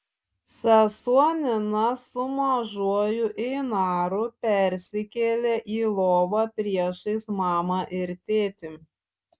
sesuo nina su mažuoju einaru persikėlė į lovą priešais mamą ir tėtį